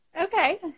Okay